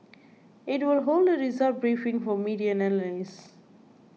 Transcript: it will hold a result briefing for media and analysts